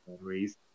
memories